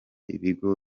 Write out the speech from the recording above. ibigo